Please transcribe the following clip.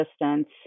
distance